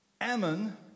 Ammon